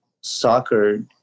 soccer